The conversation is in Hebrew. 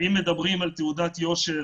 אם מדברים על תעודת יושר,